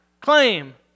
Claim